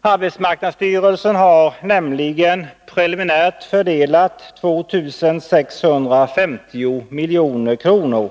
Arbetsmarknadsstyrelsen har redan preliminärt fördelat 2 650 milj.kr.